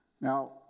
Now